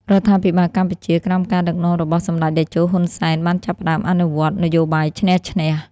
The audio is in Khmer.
រដ្ឋាភិបាលកម្ពុជាក្រោមការដឹកនាំរបស់សម្ដេចតេជោ ហ៊ុន សែន បានចាប់ផ្ដើមអនុវត្ត «នយោបាយឈ្នះ-ឈ្នះ»។